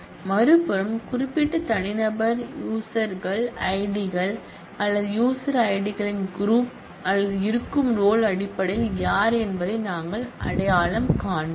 மறுபுறம் குறிப்பிட்ட தனிப்பட்ட யூசர் ஐடிகள் அல்லது யூசர் ஐடிகளின் க்ரூப் அல்லது இருக்கும் ரோல் அடிப்படையில் யார் என்பதை நாங்கள் அடையாளம் காண்போம்